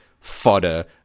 fodder